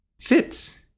fits